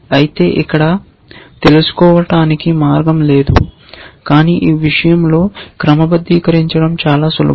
అయితే ఇక్కడ తెలుసుకోవటానికి మార్గం లేదు కానీ ఈ విషయంలో క్రమబద్ధీకరించడం చాలా సులభం